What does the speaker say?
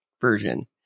version